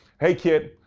hey kid,